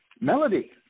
Melody